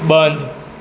બંધ